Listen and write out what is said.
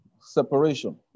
Separation